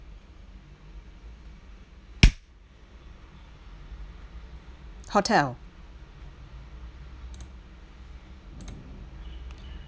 hotel